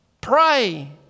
Pray